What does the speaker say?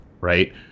Right